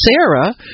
Sarah